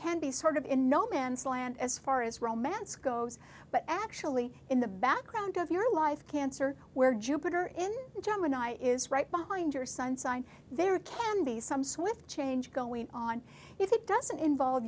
can be sort of in no man's land as far as romance goes but actually in the background of your life cancer where jupiter in gemini is right behind your sun sign there can be some swift change going on if it doesn't involve